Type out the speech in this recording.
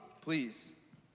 please